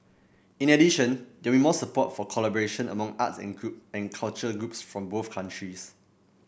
in addition there will more support for collaboration among arts and and culture groups from both countries